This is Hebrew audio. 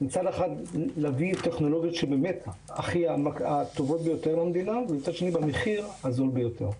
להביא את הטכנולוגיות הטובות ביותר במחיר הזול ביותר.